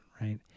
right